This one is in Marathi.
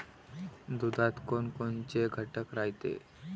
दुधात कोनकोनचे घटक रायते?